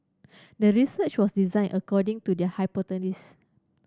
the research was designed according to the hypothesis